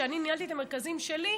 כשאני ניהלתי את המרכזים שלי,